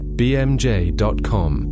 bmj.com